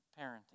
parenting